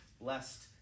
blessed